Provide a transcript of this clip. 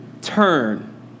turn